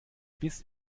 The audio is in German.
bis